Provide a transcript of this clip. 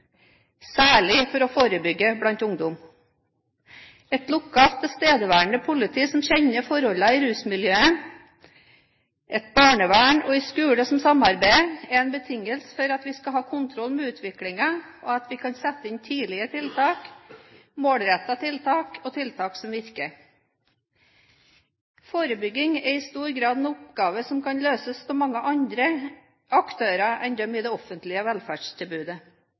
særlig for å forebygge blant ungdom. Et lokalt, tilstedeværende politi som kjenner forholdene i rusmiljøet, et barnevern og en skole som samarbeider, er en betingelse for at vi skal ha kontroll med utviklingen og at vi kan sette inn tidlige tiltak, målrettede tiltak og tiltak som virker. Forebygging er i stor grad en oppgave som kan løses av mange andre aktører enn dem i det offentlige velferdstilbudet.